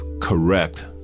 correct